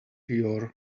your